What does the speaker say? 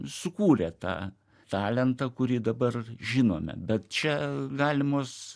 sukūrė tą talentą kurį dabar žinome bet čia galimos